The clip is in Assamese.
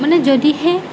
মানে যদিহে